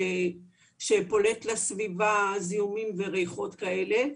אזור שפולט לסביבה זיהומים וריחות כאלה.